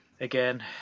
again